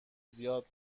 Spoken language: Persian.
زیاد